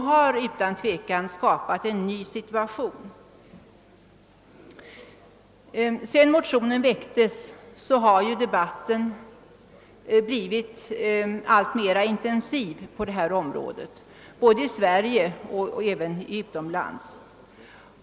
har skapat en ny situation. Sedan motionen väcktes har debatten på detta område blivit allt intensivare både i Sverige och utomlands.